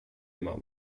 mam